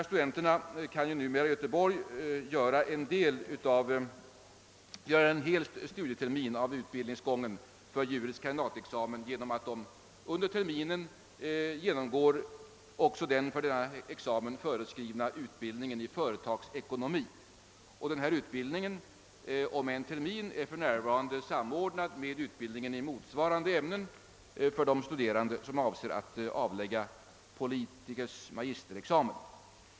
Studenterna kan numera i Göteborg klara av en hel studietermin av utbildningen för juris kandidatexamen genom att under den terminen också genomgå den för denna examen föreskrivna utbildningen i företagsekonomi. Utbildningen om en termin är för närvarande samordnad med utbildningen i motsvarande ämnen för de studerande som avser att avlägga politices magisterexamen.